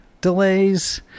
delays